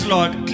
Lord